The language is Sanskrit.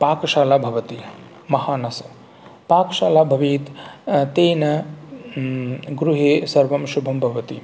पाकशाला भवति महानसः पाकशाला भवेत् तेन गृहे सर्वं शुभं भवति